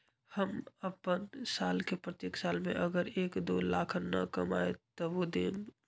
हम अपन साल के प्रत्येक साल मे अगर एक, दो लाख न कमाये तवु देम?